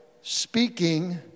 speaking